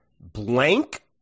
blank